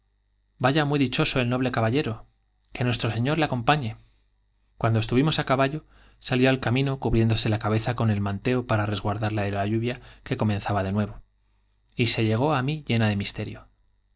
vaya muy dichoso el noble caballero que nuestro señor le acompañei cuando estuvimos á caballo salió al camino cubriéndose la cabeza con el mantelo para resguardarla de la lluvia que comenzaba de nuevo y se llegó á mí llena de misterio